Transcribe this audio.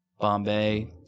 Bombay